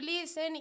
listen